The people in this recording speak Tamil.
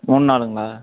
மூணு நாளுங்களா